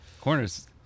Corners